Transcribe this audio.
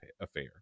affair